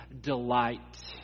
delight